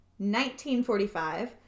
1945